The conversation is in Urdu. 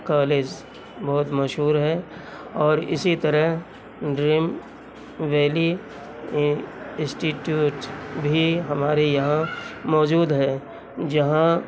کالز بہت مشہور ہے اور اسی طرح ڈریم ویلی انسٹیٹیوٹ بھی ہمارے یہاں موجود ہے جہاں